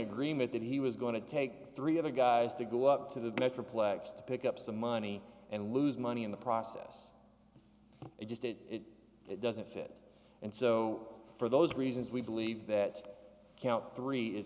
greement that he was going to take three of the guys to go up to the better plax to pick up some money and lose money in the process it just it doesn't fit and so for those reasons we believe that count three is